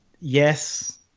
Yes